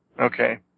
Okay